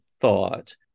thought